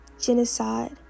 genocide